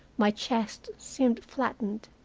my chest seemed flattened.